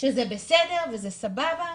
שזה בסדר וזה סבבה,